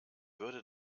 würde